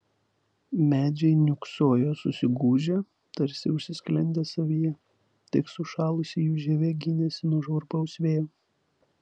medžiai niūksojo susigūžę tarsi užsisklendę savyje tik sušalusi jų žievė gynėsi nuo žvarbaus vėjo